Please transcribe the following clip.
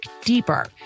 deeper